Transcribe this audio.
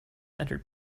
entered